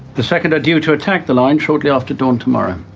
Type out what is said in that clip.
the second are due to attack the line shortly after dawn tomorrow.